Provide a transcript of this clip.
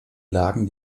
lagen